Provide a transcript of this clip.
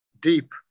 deep